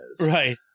Right